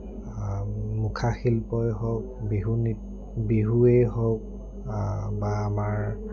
মুখা শিল্পই হওক বিহু বিহুৱেই হওক বা আমাৰ